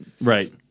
Right